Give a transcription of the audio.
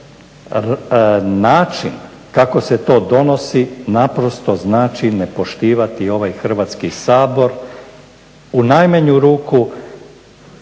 način kako se to donosi naprosto znači ne poštivati ovaj Hrvatski sabor u najmanju ruku